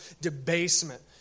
debasement